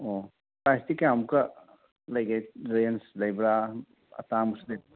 ꯑꯣ ꯄ꯭ꯔꯥꯏꯖꯇꯤ ꯀꯌꯥꯃꯨꯛꯀ ꯂꯩꯒꯦ ꯔꯦꯟꯖ ꯂꯩꯕ꯭ꯔꯥ ꯑꯇꯥꯡꯕꯁꯨ ꯂꯩ